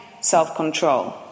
self-control